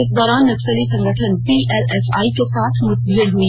इस दौरान नक्सली संगठन पीएलएफआई के साथ मुठभेड़ हुई